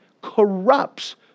corrupts